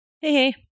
hey